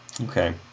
Okay